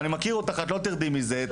ואני מכיר אותך את לא תרדי מזה.